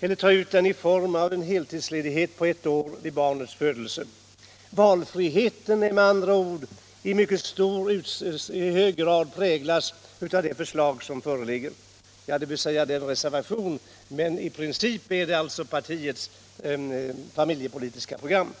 eller ta ut den i form av heltidsledighet under ett år vid barnets födelse. Valfriheten är med andra ord mycket stor i den reservation som föreligger och som motsvarar socialdemokraternas familjepolitiska program.